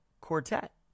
quartet